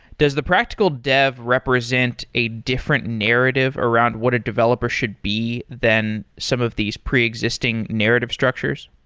does the practical dev represent a different narrative around what a developer should be, than some of these pre-existing narrative structures?